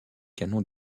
canons